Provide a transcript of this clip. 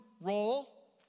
role